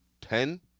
ten